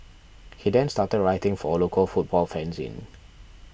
he then started writing for a local football fanzine